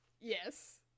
Yes